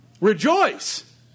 Rejoice